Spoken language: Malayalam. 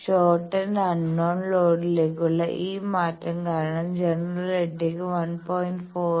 ഷോർട്ട്ന്റെ അൺനോൺ ലോഡിലേക്കുള്ള ഈ മാറ്റം കാരണം ജനറേറ്ററിലേക്ക് 1